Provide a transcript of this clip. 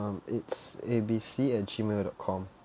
um it's A B C at gmail dot com